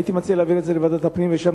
הייתי מציע להעביר את זה לוועדת הפנים ושם